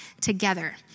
together